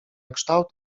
kształt